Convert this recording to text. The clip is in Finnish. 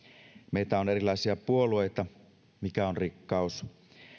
meitä on erilaisia puolueita mikä on rikkaus